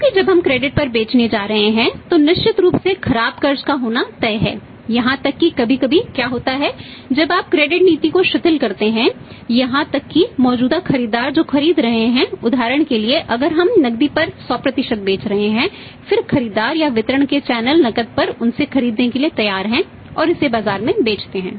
क्योंकि जब हम क्रेडिट नीति को शिथिल करते हैं यहां तक कि मौजूदा खरीदार जो खरीद रहे हैंउदाहरण के लिए अगर हम नकदी पर 100 बेच रहे हैं फिर खरीदार या वितरण के चैनल नकद पर उनसे खरीदने के लिए तैयार हैं और इसे बाजार में बेचते हैं